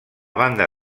banda